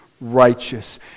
righteous